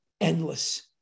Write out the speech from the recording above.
endless